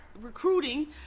recruiting